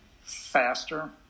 faster